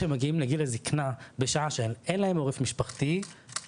כשהם מגיעים לגיל של זקנה בשעה שהם אין להם עורף משפחתי למרביתם,